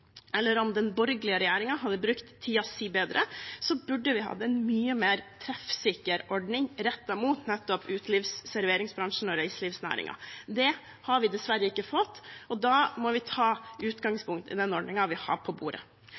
eller om den borgerlige regjeringen hadde brukt tiden sin bedre, burde vi hatt en mye mer treffsikker ordning rettet mot nettopp utelivs- og serveringsbransjen og reiselivsnæringen. Det har vi dessverre ikke fått, og da må vi ta utgangspunkt i den ordningen vi har på bordet.